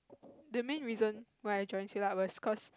the main reason why I join Silat was cause